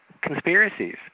conspiracies